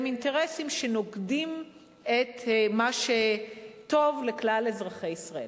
אינטרסים שנוגדים את מה שטוב לכלל אזרחי ישראל.